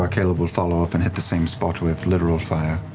ah caleb will follow up and hit the same spot with literal fire,